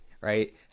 right